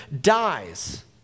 dies